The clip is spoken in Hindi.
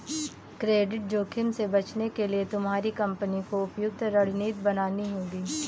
क्रेडिट जोखिम से बचने के लिए तुम्हारी कंपनी को उपयुक्त रणनीति बनानी होगी